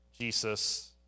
Jesus